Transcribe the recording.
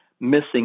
missing